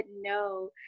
no